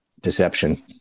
deception